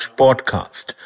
podcast